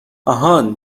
آهان